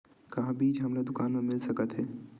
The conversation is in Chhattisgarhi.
का बीज हमला दुकान म मिल सकत हे?